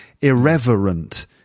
irreverent